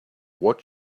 what